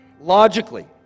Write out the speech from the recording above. logically